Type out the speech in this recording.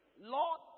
Lord